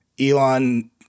Elon